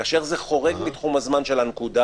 כאשר זה חורג מתחום הזמן של הנקודה